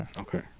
Okay